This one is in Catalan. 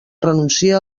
renuncia